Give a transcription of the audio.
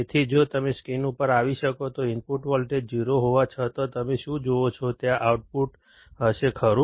તેથી જો તમે સ્ક્રીન ઉપર આવી શકો તો ઇનપુટ વોલ્ટેજ 0 હોવા છતાં તમે શું જુઓ છો ત્યાં આઉટપુટ હશે ખરું